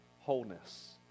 wholeness